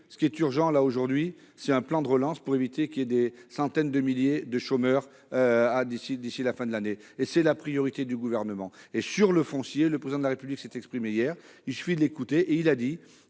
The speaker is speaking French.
le plus urgent, aujourd'hui, c'est un plan de relance pour éviter qu'il y ait des centaines de milliers de chômeurs d'ici à la fin de l'année. C'est la priorité du Gouvernement. Sur le foncier, le Président de la République s'est exprimé hier- il suffit de l'écouter -, rappelant